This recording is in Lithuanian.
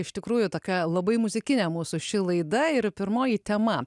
iš tikrųjų tokia labai muzikinė mūsų ši laida ir pirmoji tema